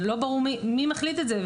לא ברור מי מחליט את זה.